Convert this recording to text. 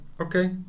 Okay